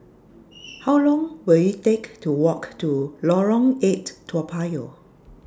How Long Will IT Take to Walk to Lorong eight Toa Payoh